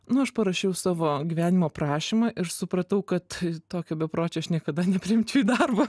nu aš parašiau savo gyvenimo aprašymą ir supratau kad tokio bepročio aš niekada nepriimčiau į darbą